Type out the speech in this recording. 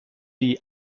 die